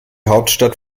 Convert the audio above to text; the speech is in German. hauptstadt